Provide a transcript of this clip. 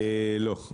לא,